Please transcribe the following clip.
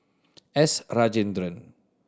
S Rajendran